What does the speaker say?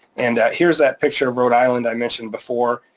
and here's that picture of rhode island i mentioned before.